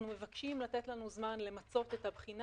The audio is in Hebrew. אנחנו מבקשים לתת לנו זמן למצות את הבחינה